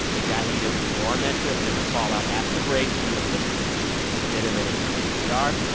it got heated. more on that trip and the fallout after the break you are listening to it's been a minute from npr.